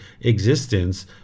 existence